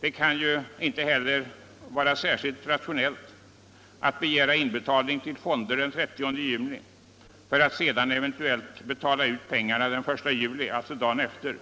Det kan ju heller inte vara särskilt rationellt att begära inbetalning till fonderna den 30 juni för att sedan eventuellt betala ut pengarna den 1 juli, alltså en dag senare,